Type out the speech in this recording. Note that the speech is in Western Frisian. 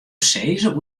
sizze